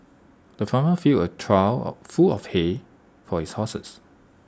the farmer filled A trough full of hay for his horses